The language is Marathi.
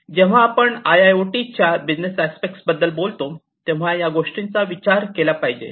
जेव्हा आपण आय आय ओ टी च्या बिझनेस अस्पेक्टसबद्दल बोलतो तेव्हा या गोष्टींचा विचार केला पाहिजे